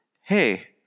hey